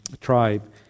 tribe